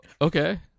Okay